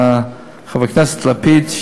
לחבר הכנסת לפיד,